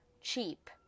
Cheap